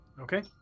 okay